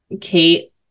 Kate